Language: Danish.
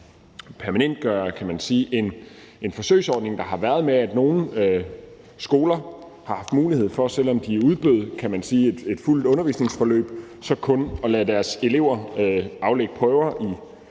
permanentgøre en forsøgsordning, der har været, med, at nogle skoler har haft mulighed for – selv om de udbød et fuldt undervisningsforløb – kun at lade deres elever aflægge prøver i